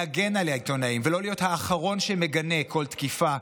להגן על העיתונאים ולא להיות האחרון שמגנה כל תקיפה,